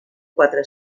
quatre